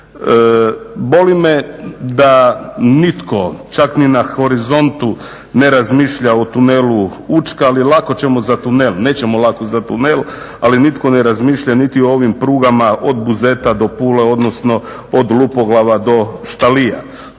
Boli me da nitko, čak ni na horizontu, ne razmišlja o tunelu Učka. Ali lako ćemo za tunel, nećemo lako za tunel ali nitko ne razmišlja niti o ovim prugama od Buzeta do Pule, odnosno od Lupoglava do Štalija.